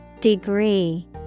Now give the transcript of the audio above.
Degree